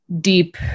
deep